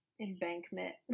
embankment